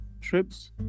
trips